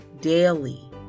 Daily